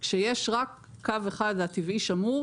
כאשר יש רק קו אחד הטבעי השמור